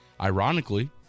Ironically